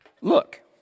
look